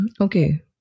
Okay